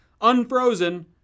unfrozen